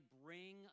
bring